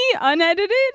unedited